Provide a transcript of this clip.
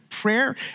Prayer